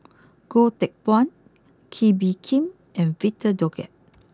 Goh Teck Phuan Kee Bee Khim and Victor Doggett